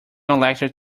allergic